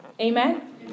Amen